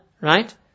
Right